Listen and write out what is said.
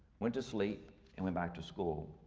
went to sleep and went back to school.